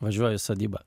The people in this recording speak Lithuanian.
važiuoju į sodybą